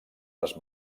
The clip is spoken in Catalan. les